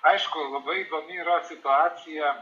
aišku labai blogai yra situacija